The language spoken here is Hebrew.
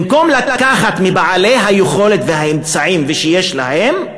במקום לקחת מבעלי היכולת והאמצעים, שיש להם,